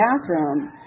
bathroom